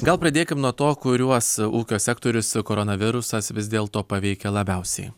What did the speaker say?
gal pradėkim nuo to kuriuos ūkio sektorius koronavirusas vis dėl to paveikė labiausiai